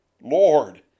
Lord